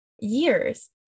years